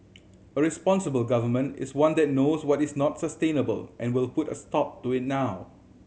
a responsible Government is one that knows what is not sustainable and will put a stop to it now